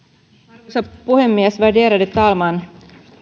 arvoisa puhemies värderade talman